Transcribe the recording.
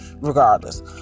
regardless